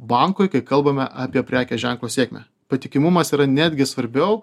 bankui kai kalbame apie prekės ženklo sėkmę patikimumas yra netgi svarbiau